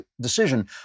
decision